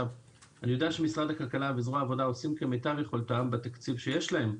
אני יודע שמשרד הכלכלה וזרוע העבודה עושים כמיטב יכולתם בתקציב שיש להם,